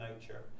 nature